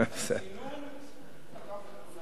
הצינון תקף את כולנו.